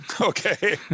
Okay